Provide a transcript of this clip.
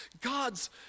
God's